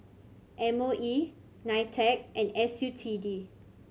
M O E NITEC and S U T D